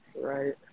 Right